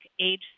age